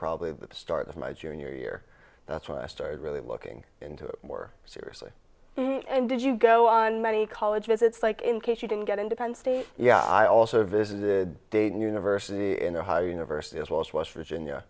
probably the start of my junior year that's when i started really looking into it more seriously and did you go on many colleges it's like in case you didn't get independence day yeah i also visited dayton university in ohio university as well as west virginia